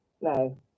No